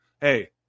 Hey